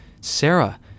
sarah